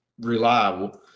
reliable